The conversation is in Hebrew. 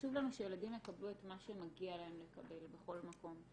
חשוב לנו שהילדים יקבלו את מה שמגיע להם לקבל בכל מקום.